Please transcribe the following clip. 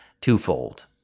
Twofold